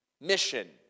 Mission